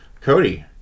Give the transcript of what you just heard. Cody